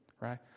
Right